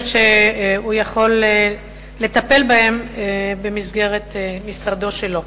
שהוא יכול לטפל בהן במסגרת משרדו שלו.